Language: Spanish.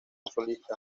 solista